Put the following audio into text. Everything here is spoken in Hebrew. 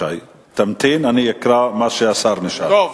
אני מכיר את רגישותך בנושא אנשים עם